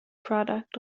product